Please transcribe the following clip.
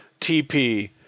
TP